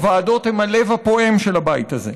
הוועדות הן הלב הפועם של הבית הזה,